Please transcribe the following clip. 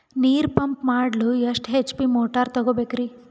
ನೀರು ಪಂಪ್ ಮಾಡಲು ಎಷ್ಟು ಎಚ್.ಪಿ ಮೋಟಾರ್ ತಗೊಬೇಕ್ರಿ?